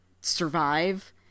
survive